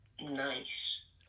nice